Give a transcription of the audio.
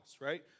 right